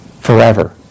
forever